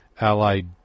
Allied